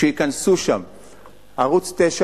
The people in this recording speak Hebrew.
וייכנסו שם ערוץ-9,